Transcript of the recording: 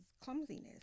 clumsiness